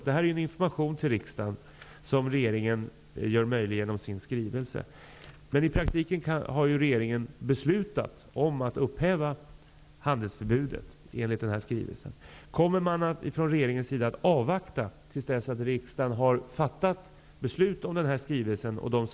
Det här är information till riksdagen som regeringen gör möjlig genom sin skrivelse, men i praktiken har regeringen beslutat att upphäva handelsförbudet. Kommer man från regeringens sida att avvakta tills riksdagen har fattat beslut om den här skrivelsen?